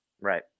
Right